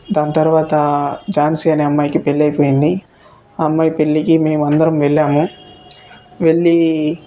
దాని తర్వాత ఝాన్సీ అనే అమ్మాయికి పెళ్లి అయిపోయింది ఆ అమ్మాయి పెళ్ళికి మేము అందరం వెళ్ళాము వెళ్ళి